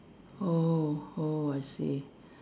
oh oh I see